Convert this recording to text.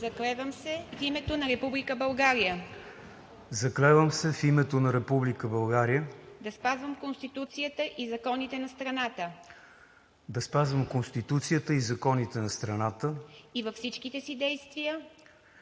„Заклевам се в името на Република България да спазвам Конституцията и законите на страната и във всичките си действия